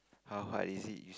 how hard is it use